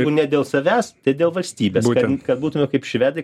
jeigu ne dėl savęs tai dėl valstybės kad kad būtume kaip švedai